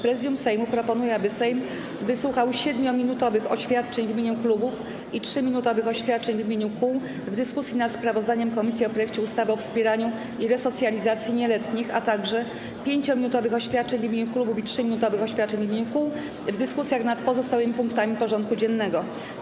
Prezydium Sejmu proponuje, aby Sejm wysłuchał 7-minutowych oświadczeń w imieniu klubów i 3-minutowych oświadczeń w imieniu kół w dyskusji nad sprawozdaniem komisji o projekcie ustawy o wspieraniu i resocjalizacji nieletnich, a także 5-minutowych oświadczeń w imieniu klubów i 3-minutowych oświadczeń w imieniu kół w dyskusjach nad pozostałymi punktami porządku dziennego.